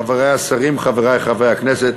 חברי השרים, חברי חברי הכנסת,